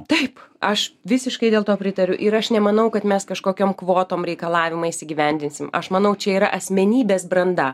taip aš visiškai dėl to pritariu ir aš nemanau kad mes kažkokiom kvotom reikalavimais įgyvendinsim aš manau čia yra asmenybės branda